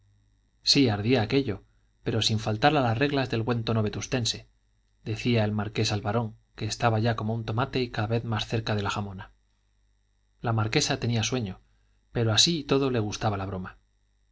sí ardía aquello pero sin faltar a las reglas del buen tono vetustense decía el marqués al barón que estaba ya como un tomate y cada vez más cerca de la jamona la marquesa tenía sueño pero así y todo le gustaba la broma